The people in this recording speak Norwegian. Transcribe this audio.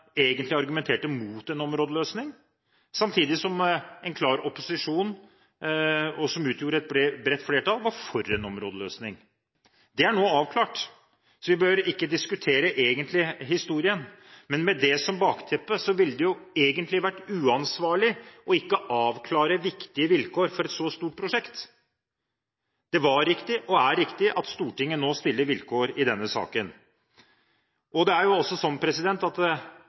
for en områdeløsning. Det er nå avklart, så vi behøver ikke egentlig å diskutere historien, men med det som bakteppe ville det egentlig vært uansvarlig ikke å avklare viktige vilkår for et så stort prosjekt. Det var riktig og er riktig at Stortinget nå stiller vilkår i denne saken. Det er også slik at det kan ikke komme overraskende på noen at